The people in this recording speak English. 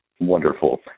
wonderful